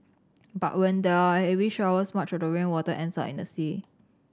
but when there are heavy showers much of the rainwater ends up in the sea